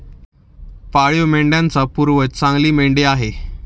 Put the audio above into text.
पाळीव मेंढ्यांचा पूर्वज जंगली मेंढी आहे